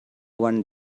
one